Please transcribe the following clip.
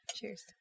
Cheers